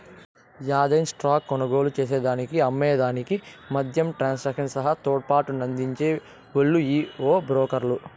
యాదైన స్టాక్ కొనుగోలు చేసేదానికి అమ్మే దానికి మద్యం ట్రాన్సాక్షన్ సహా తోడ్పాటునందించే ఓల్లు ఈ బ్రోకర్లు